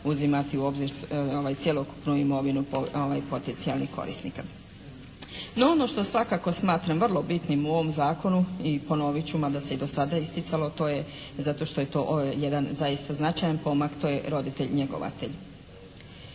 uzimati u obzir cjelokupnu imovinu potencijalnih korisnika. No ono što svakako smatram vrlo bitnim u ovom zakonu i ponovit ću mada se i do sada isticalo, to je zato što je to jedan zaista značajan pomak, to je roditelj njegovatelj.